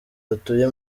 batuye